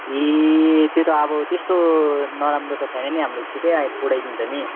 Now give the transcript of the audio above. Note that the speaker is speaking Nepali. ए त्यो त अब त्यस्तो नराम्रो त छैन नि हाम्रो छिटै आइ पुऱ्याइदिन्छ नि